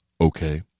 Okay